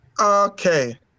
Okay